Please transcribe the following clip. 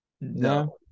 no